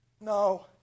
No